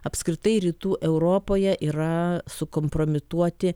apskritai rytų europoje yra sukompromituoti